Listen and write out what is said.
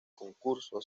concurso